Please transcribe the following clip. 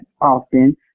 often